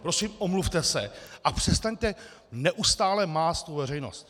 Prosím omluvte se a přestaňte neustále mást veřejnost.